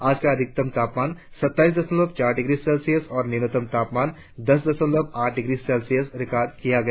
आज का अधिकतम तापमान सत्ताईस दशमलव चार डिग्री सेल्सियस और न्यूनतम तापमान दस दशमलव आठ डिग्री सेल्सियस रिकार्ड किया गया